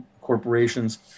corporations